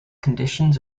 conditions